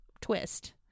twist